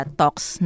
talks